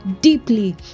deeply